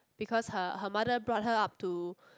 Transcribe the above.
because her her mother brought her up to